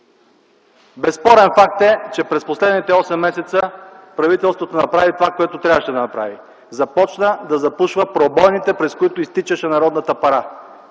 Безспорен факт е, че през последните осем месеца правителството направи това, което трябваше да направи – започна да запушва пробойните, през които изтичаше народната пара.